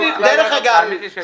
דרך אגב,